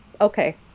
okay